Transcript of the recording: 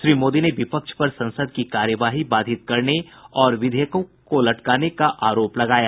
श्री मोदी ने विपक्ष पर संसद की कार्यवाही बाधित करने और विधेयकों को लटकाने का आरोप लगाया